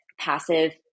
passive